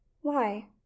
Why